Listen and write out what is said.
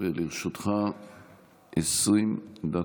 לרשותך 20 דקות.